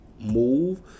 move